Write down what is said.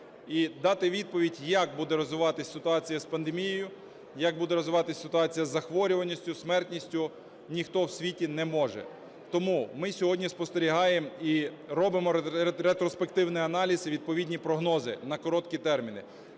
дати відповідь, як буде розвиватися ситуація з пандемією, як буде розвиватися ситуація із захворюваністю, смертністю ніхто в світі не може. Тому ми сьогодні спостерігаємо і робимо ретроспективний аналіз і відповідні прогнози на короткі терміни.